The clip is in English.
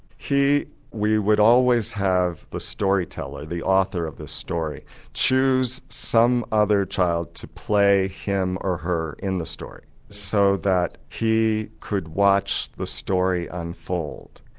he we would always have the story teller, the author of the story choose some other child to play him or her in the story so that he could watch the story unfold.